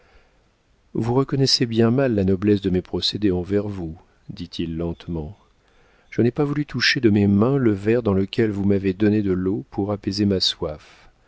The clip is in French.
vous reconnaissez bien mal la noblesse de mes procédés envers vous dit-il lentement je n'ai pas voulu toucher de mes mains le verre dans lequel vous m'avez donné de l'eau pour apaiser ma soif